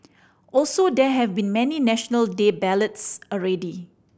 also there have been many National Day ballads already